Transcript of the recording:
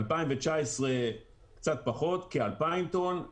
2019 קצת פחות, כ- 2,000 טון,